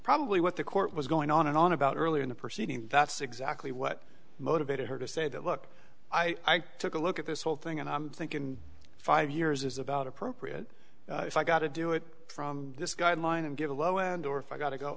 probably what the court was going on and on about earlier in the proceeding that's exactly what motivated her to say that look i took a look at this whole thing and i think in five years is about appropriate if i got to do it from this guideline and get a low end or if i got to go